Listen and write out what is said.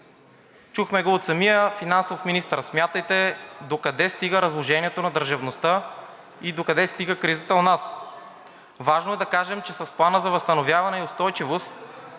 Чухме го от самия финансов министър. Смятайте докъде стига разложението на държавността и докъде стига кризата у нас. Важно е да кажем, че с Плана за възстановяване и устойчивост